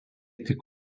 tik